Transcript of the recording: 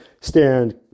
stand